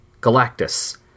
Galactus